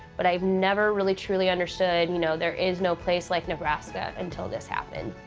but i've never really, truly understood you know there is no place like nebraska until this happened,